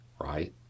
right